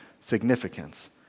significance